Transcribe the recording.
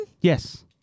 Yes